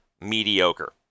mediocre